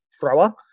thrower